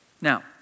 Now